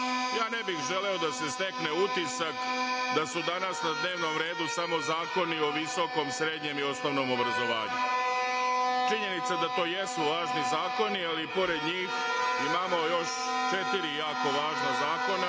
ja ne bih želeo da se stekne utisak da su danas na dnevnom redu samo zakoni o visokom, srednjem i osnovnom obrazovanju. Činjenica je da to jesu važni zakoni, ali pored njih imamo još četiri jako važna zakona,